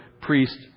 priest